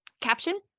caption